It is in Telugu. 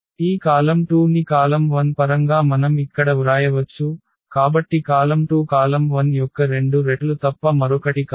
ఈ కాలమ్ 2 ని కాలమ్ 1 పరంగా మనం ఇక్కడ వ్రాయవచ్చు కాబట్టి కాలమ్ 2 కాలమ్ 1 యొక్క రెండు రెట్లు తప్ప మరొకటి కాదు